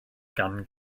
gan